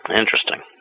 Interesting